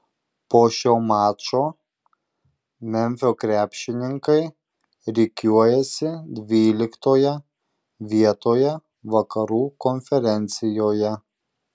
po šio mačo memfio krepšininkai rikiuojasi dvyliktoje vietoje vakarų konferencijoje